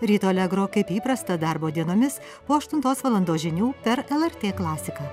ryto allegro kaip įprasta darbo dienomis po aštuntos valandos žinių per lrt klasiką